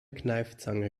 kneifzange